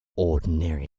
ordinary